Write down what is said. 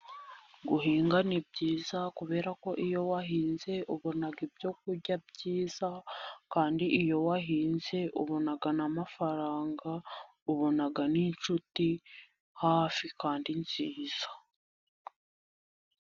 Guhinga ni byiza, kubera ko iyo wahinze ubona ibyo kurya byiza, kandi iyo wahinze ubona n'amafaranga, ubona n'inshuti hafi kandi nziza.